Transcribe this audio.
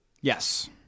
Yes